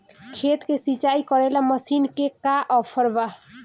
खेत के सिंचाई करेला मशीन के का ऑफर बा?